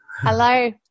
Hello